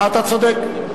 אתה צודק.